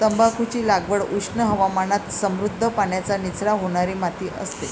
तंबाखूची लागवड उष्ण हवामानात समृद्ध, पाण्याचा निचरा होणारी माती असते